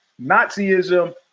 Nazism